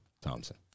Thompson